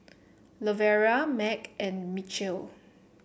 Lavera Mack and Mitchell